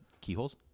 keyholes